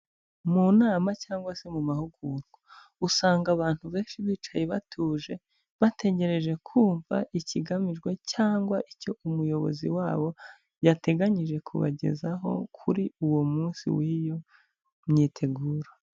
Mu nama cyangwa se mu mahugurwa usanga abantu benshi bicaye batuje, bategereje kumva ikigamijwe cyangwa icyo umuyobozi wabo yateganyije kubagezaho kuri uwo munsi w'iyo myiteguro.